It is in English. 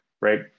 right